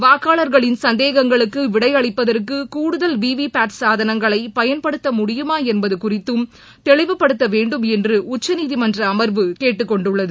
வாக்காளர்களின் சந்தேகங்களுக்கு விடையளிப்பதற்கு சுகூடுதல் விவிபேட் சாதனங்களை பயன்படுத்த முடியுமா என்பது குறித்தும் தெளிவுப்படுத்த வேண்டும் என்று உச்சநீதிமன்ற கேட்டுக் கொண்டுள்ளது